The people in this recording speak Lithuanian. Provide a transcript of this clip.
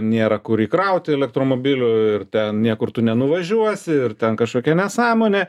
nėra kur įkraut elektromobilių ir ten niekur tu nenuvažiuosi ir ten kaškokia nesąmonė